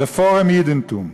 "רעפארם אידענטום",